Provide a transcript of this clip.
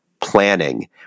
planning